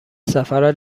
سفرت